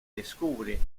descubre